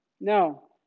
No